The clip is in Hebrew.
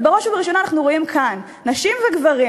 ובראש ובראשונה אנחנו רואים כאן נשים וגברים,